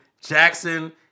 Jackson